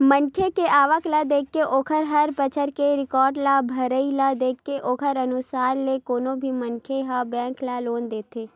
मनखे के आवक ल देखके ओखर हर बछर के रिर्टन के भरई ल देखके ओखरे अनुसार ले कोनो भी मनखे ल बेंक ह लोन देथे